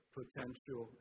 potential